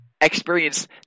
experience